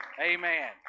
Amen